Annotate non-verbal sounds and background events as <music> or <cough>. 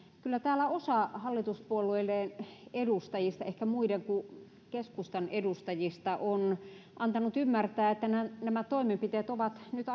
kyllä täällä osa hallituspuolueiden edustajista ehkä muiden kuin keskustan edustajista on antanut ymmärtää että nämä nämä toimenpiteet ovat nyt <unintelligible>